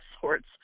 sorts